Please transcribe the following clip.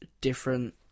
different